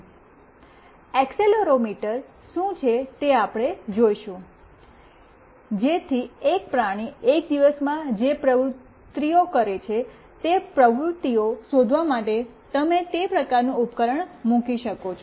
તેથી એક્સેલરોમીટર શું છે તે આપણે જોશું જેથી એક પ્રાણી એક દિવસમાં જે પ્રવૃત્તિઓ કરે છે તે પ્રવૃત્તિઓ શોધવા માટે તમે તે પ્રકારનું ઉપકરણ મૂકી શકો છો